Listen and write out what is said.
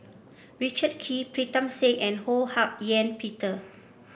Richard Kee Pritam Singh and Ho Hak Ean Peter